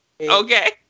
Okay